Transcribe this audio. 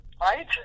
right